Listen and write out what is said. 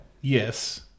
yes